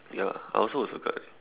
ya I also got circle that